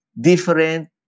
different